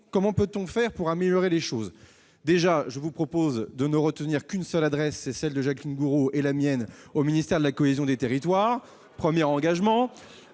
comment peut-on agir pour améliorer les choses ? Premier engagement : je vous propose de ne retenir qu'une seule adresse, celle de Jacqueline Gourault et la mienne au ministère de la cohésion des territoires. Le deuxième engagement